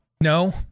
No